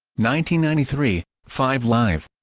ninety ninety three five live